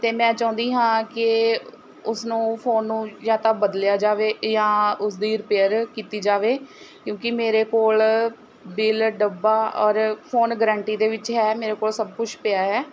ਅਤੇ ਮੈਂ ਚਾਹੁੰਦੀ ਹਾਂ ਕਿ ਉਸ ਨੂੰ ਫ਼ੋਨ ਨੂੰ ਜਾਂ ਤਾਂ ਬਦਲਿਆ ਜਾਵੇ ਜਾਂ ਉਸਦੀ ਰਿਪੇਅਰ ਕੀਤੀ ਜਾਵੇ ਕਿਉਂਕਿ ਮੇਰੇ ਕੋਲ ਬਿੱਲ ਡੱਬਾ ਔਰ ਫ਼ੋਨ ਗਰੰਟੀ ਦੇ ਵਿੱਚ ਹੈ ਮੇਰੇ ਕੋਲ ਸਭ ਕੁਛ ਪਿਆ ਹੈ